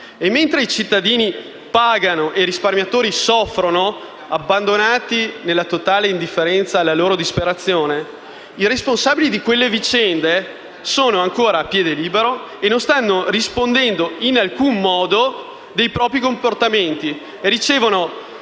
E mentre i cittadini pagano e i risparmiatori soffrono, abbandonati nella totale indifferenza alla loro disperazione, i responsabili di quelle vicende sono ancora a piede libero, non stanno rispondendo in alcun modo dei propri comportamenti e ricevono